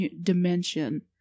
dimension